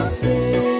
say